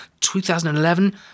2011